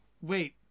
Wait